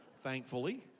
Thankfully